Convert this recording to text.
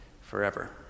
forever